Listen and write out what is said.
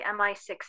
MI6